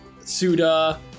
Suda